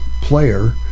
player